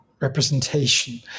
representation